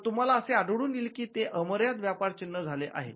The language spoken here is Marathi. तर तुम्हाला असे आढळून येईल की ते अमर्याद व्यापार चिन्ह झाले आहे